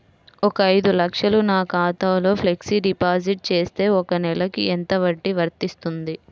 ఒక ఐదు లక్షలు నా ఖాతాలో ఫ్లెక్సీ డిపాజిట్ చేస్తే ఒక నెలకి ఎంత వడ్డీ వర్తిస్తుంది?